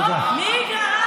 מאיגרא רמא.